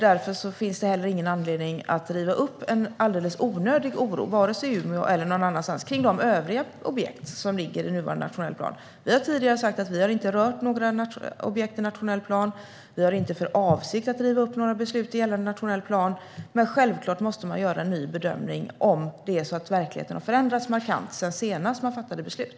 Därför finns det heller ingen anledning att riva upp en alldeles onödig oro, vare sig i Umeå eller någon annanstans, kring de övriga objekt som ligger i nuvarande nationell plan. Vi har tidigare sagt att vi inte har rört några objekt i nationell plan, och vi har inte för avsikt att riva upp några beslut i gällande nationell plan. Men självklart måste man göra en ny bedömning om det är så att verkligheten har förändrats markant sedan man senast fattade beslut.